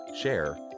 share